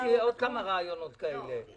יש לי עוד כמה רעיונות כאלה.